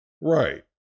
Right